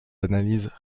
analyses